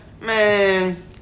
Man